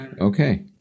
Okay